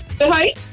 Hi